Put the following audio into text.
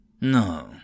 No